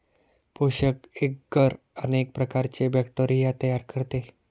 पोषक एग्गर अनेक प्रकारचे बॅक्टेरिया तयार करते